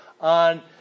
on